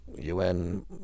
UN